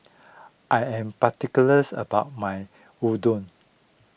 I am particular about my Unadon